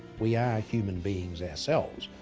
we are human beings ourselves.